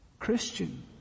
Christian